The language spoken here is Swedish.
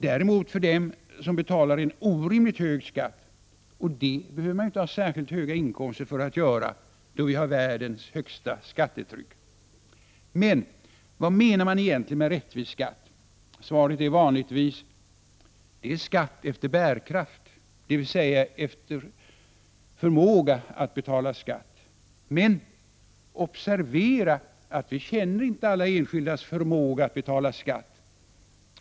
Däremot för dem som betalar en orimligt hög skatt, och det behöver man inte ha särskilt höga inkomster för att göra, då vi har världens högsta skattetryck. Men vad menar man egentligen med rättvis skatt? Svaret är vanligtvis: Det är skatt efter bärkraft, dvs. efter förmåga att betala skatt. Men observera att vi känner inte alla enskildas förmåga att betala skatt!